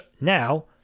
now